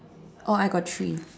oh I got three